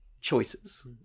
choices